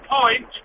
point